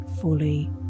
fully